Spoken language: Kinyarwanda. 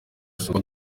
isuku